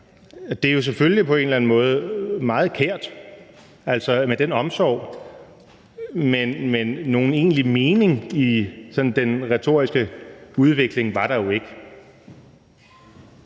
eller anden måde meget kært, altså, med den omsorg, med nogen egentlig mening i sådan den retoriske udvikling var der jo ikke.